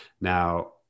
Now